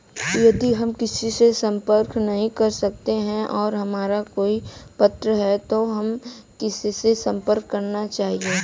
यदि हम किसी से संपर्क नहीं कर सकते हैं और हमारा कोई प्रश्न है तो हमें किससे संपर्क करना चाहिए?